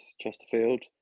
Chesterfield